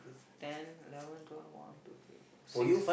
ten eleven twelve one two three four six